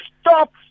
Stop